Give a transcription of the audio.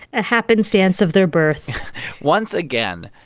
a happenstance of their birth once again,